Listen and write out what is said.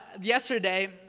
yesterday